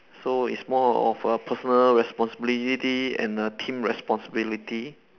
so it's more of a personal responsibility and a team responsibility